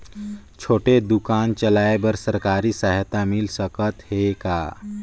छोटे दुकान चलाय बर सरकारी सहायता मिल सकत हे का?